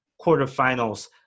quarterfinals